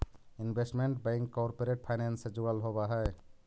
investment bank corporate finance से जुड़ल होवऽ हइ